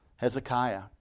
Hezekiah